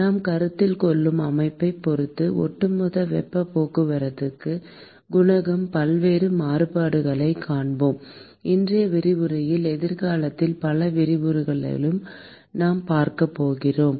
நாம் கருத்தில் கொள்ளும் அமைப்பைப் பொறுத்து ஒட்டுமொத்த வெப்பப் போக்குவரத்துக் குணகத்தின் பல்வேறு மாறுபாடுகளைக் காண்போம் இன்றைய விரிவுரையிலும் எதிர்காலத்தில் பல விரிவுரைகளிலும் நாம் பார்க்கப் போகிறோம்